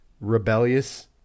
rebellious